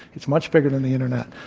it's much bigger than the internet.